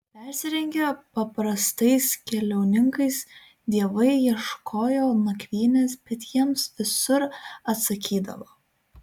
persirengę paprastais keliauninkais dievai ieškojo nakvynės bet jiems visur atsakydavo